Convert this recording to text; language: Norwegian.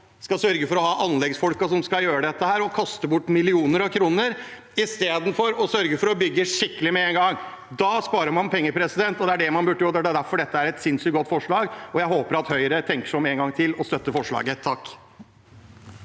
skal sørge for å ha anleggsfolkene til å gjøre det. Man kaster bort millioner av kroner, istedenfor å sørge for å bygge skikkelig med en gang. Da sparer man penger, og det er det man burde gjort. Det er derfor dette er et sinnssykt godt forslag, og jeg håper at Høyre tenker seg om en gang til og støtter forslaget. Hans